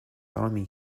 army